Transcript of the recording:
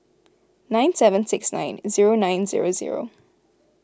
nine seven six nine zero nine zero zero